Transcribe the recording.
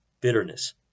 bitterness